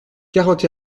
quarante